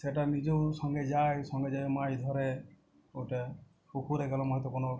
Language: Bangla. সেটা নিজেও সঙ্গে যায় সঙ্গে যায় মাছ ধরে ওটা পুকুরে গেলে মাছ তো কোনো